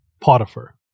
Potiphar